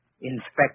inspect